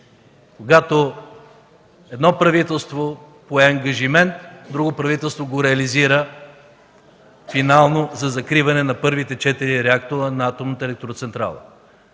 когато едно правителство пое ангажимент, друго правителство го реализира финално за закриване на първите четири реактора на атомната електроцентрала.